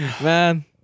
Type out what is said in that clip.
man